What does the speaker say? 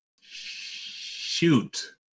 Shoot